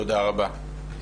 תודה רבה.